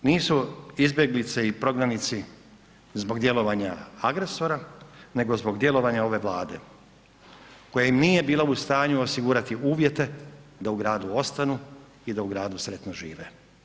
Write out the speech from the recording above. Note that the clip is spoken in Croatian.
Ovaj puta nisu izbjeglice i prognanici zbog djelovanja agresora nego zbog djelovanja ove Vlade koja im nije bila u stanju osigurati uvjete da u gradu ostanu i da u gradu sretno žive.